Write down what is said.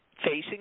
facing